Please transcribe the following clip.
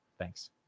thanks